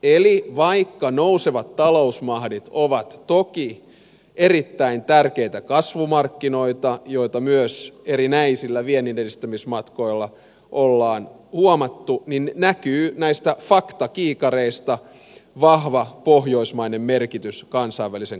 eli vaikka nousevat talousmahdit ovat toki erittäin tärkeitä kasvumarkkinoita mikä myös erinäisillä vienninedistämismatkoilla on huomattu faktakiikareista näkyy vahva pohjoismainen merkitys kansainvälisen kauppamme kannalta